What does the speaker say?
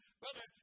brother